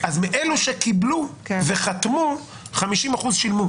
אז מאלו שקיבלו וחתמו 50% שילמו.